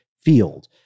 field